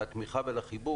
לתמיכה ולחיבוק,